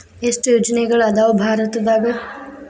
ಎಷ್ಟ್ ಯೋಜನೆಗಳ ಅದಾವ ಭಾರತದಾಗ?